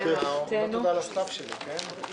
הישיבה ננעלה בשעה 13:15.